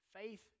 Faith